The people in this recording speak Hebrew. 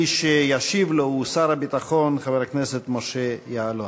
מי שישיב לו הוא שר הביטחון חבר הכנסת משה יעלון.